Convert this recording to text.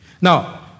Now